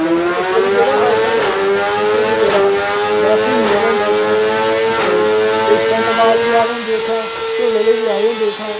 ते इस बारी गेदा हा उत्थें अ'ऊं झिड़ी दा मेला बड़ा स्हेई मेला होंदा उत्थें ते स्टंटबाज बी आए दे होंदे उत्थें झूले आह्ले बी आए दे होंदे उत्थें